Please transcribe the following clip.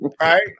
right